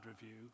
review